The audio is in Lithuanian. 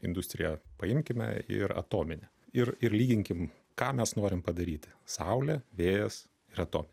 industrija paimkime ir atominę ir ir lyginkim ką mes norim padaryti saulė vėjas ratu